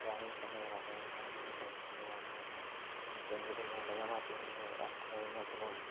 points అన్నీ రకంగా మేమే తెచ్చుకొనే వాళ్ళం మా స్నేహి మా స్నేహితులు ముందుగా మా టీముకు ఎంటర్ అయినప్పుడు